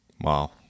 Wow